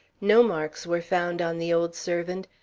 no marks were found on the old servant,